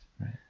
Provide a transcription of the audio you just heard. Right